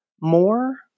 more